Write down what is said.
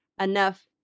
enough